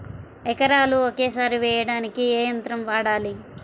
ఎకరాలు ఒకేసారి వేయడానికి ఏ యంత్రం వాడాలి?